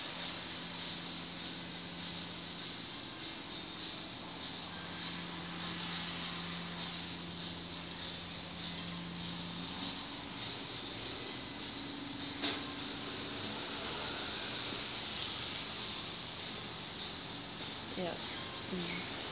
ya